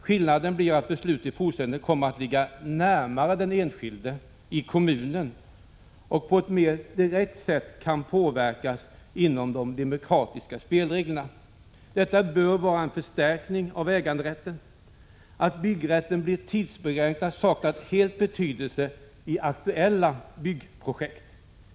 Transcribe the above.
Skillnaden blir att besluten i fortsättningen kommer att ligga närmare den enskilde — i kommunen — och på ett mer direkt sätt kan påverkas inom ramen för de demokratiska spelreglerna. Detta bör vara en förstärkning av äganderätten. Att byggrätten blir tidsbegränsad saknar helt betydelse i aktuella byggprojekt.